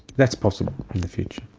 that's possible in the future.